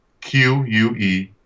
Q-U-E